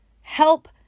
help